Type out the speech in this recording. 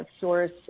source